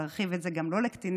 להרחיב את זה גם לא לקטינים,